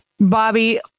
Bobby